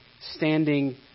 standing